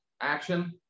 action